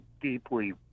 deeply